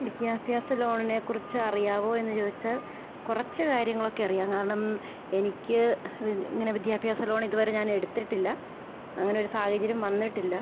വിദ്യാഭ്യാസ ലോണിനെ കുറിച്ച് അറിയാവോ എന്ന് ചോദിച്ചാൽ കുറച്ച് കാര്യങ്ങൾ ഒക്കെ അറിയാം കാരണം എനിക്ക് ഇങ്ങനെ വിദ്യാഭ്യാസ ലോൺ ഇത് വരെ ഞാൻ എടുത്തിട്ടില്ല അങ്ങനെ ഒരു സാഹചര്യം വന്നിട്ടില്ല